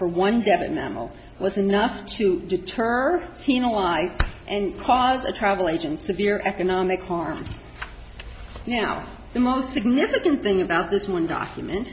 for one devon memel was enough to deter he an ally and cause a travel agent severe economic harm now the most significant thing about this one document